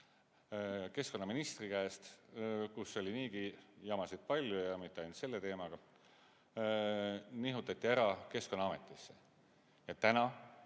keskkonnaministri käest, kellel oli niigi jamasid palju ja mitte ainult selle teemaga, Keskkonnaametisse.